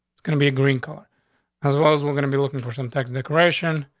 gonna be a green card as well as we're gonna be looking for some text decoration.